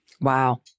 Wow